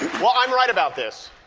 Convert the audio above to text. well, i'm right about this.